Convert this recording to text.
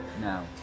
now